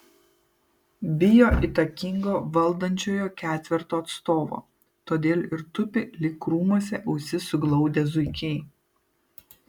bijo įtakingo valdančiojo ketverto atstovo todėl ir tupi lyg krūmuose ausis suglaudę zuikiai